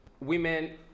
women